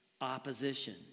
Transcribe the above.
Opposition